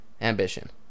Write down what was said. ambition